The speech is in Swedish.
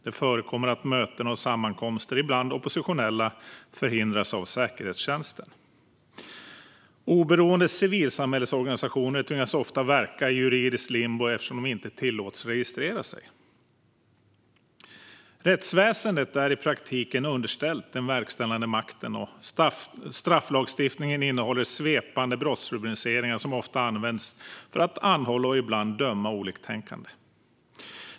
Det förekommer att möten och sammankomster bland oppositionella förhindras av säkerhetstjänsten. Oberoende civilsamhällesorganisationer tvingas ofta verka i juridisk limbo eftersom de inte tillåts registrera sig. Rättsväsendet är i praktiken underställt den verkställande makten, och strafflagstiftningen innehåller svepande brottsrubriceringar som ofta används för att anhålla och ibland döma oliktänkande.